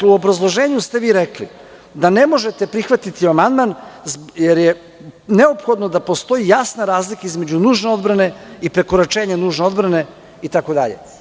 U obrazloženju ste vi rekli da ne možete prihvatiti amandman jer je neophodno da postoji jasna razlika između nužne odbrane i prekoračenja nužne odbrane itd.